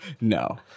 No